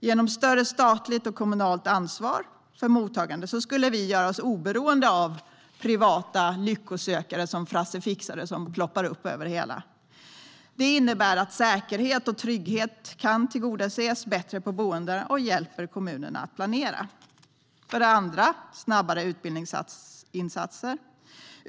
Genom större statligt och kommunalt ansvar för mottagandet skulle vi göra oss oberoende av Frasse Fixare-typer, alltså privata lycksökare som dyker upp överallt. Det innebär att säkerhet och trygghet kan tillgodoses bättre på boendena och hjälper kommunerna att planera. För det andra behöver vi snabbare utbildningsinsatser.